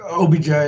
OBJ